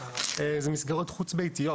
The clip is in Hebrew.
אלו מסגרות חוץ ביתיות,